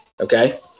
Okay